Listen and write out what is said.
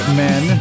men